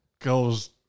goes